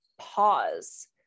pause